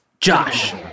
Josh